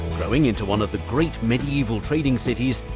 growing into one of the great medieval trading cities,